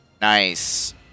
Nice